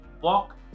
walk